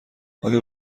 آیا